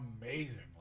amazingly